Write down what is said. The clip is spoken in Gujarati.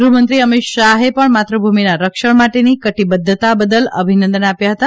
ગૃહમંત્રી અમિત શાહે પણ માતૃભૂમિના રક્ષમ માટેની કટિબદ્વતા બદલ અભિનંદન આપ્યા છે